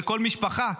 לכל משפחה,